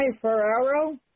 Ferraro